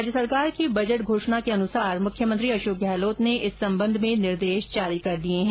राज्य सरकार की बजट घोषणा के अनुरूप मुख्यमंत्री अशोक गहलोत ने इस संबंध में निर्देश जारी किये हैं